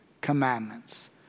commandments